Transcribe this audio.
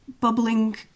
bubbling